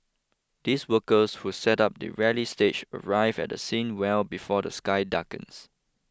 these workers who set up the rally stage arrive at the scene well before the sky darkens